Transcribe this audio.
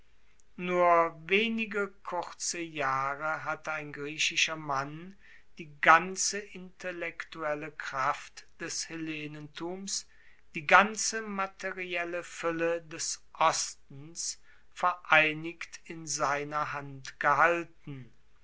nur wenige kurze jahre hatte ein griechischer mann die ganze intellektuelle kraft des hellenentums die ganze materielle fuelle des ostens vereinigt in seiner hand gehalten